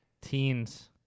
Teens